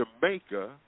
Jamaica